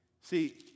See